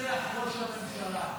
רוצח ראש הממשלה?